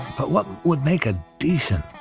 but what would make a decent,